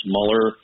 Mueller